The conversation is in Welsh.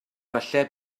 falle